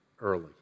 early